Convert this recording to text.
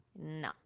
No